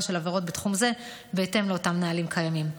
של עבירות בתחום זה בהתאם לאותם נהלים קיימים.